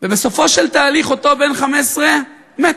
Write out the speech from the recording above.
ובסופו של תהליך, אותו בן 15 מת.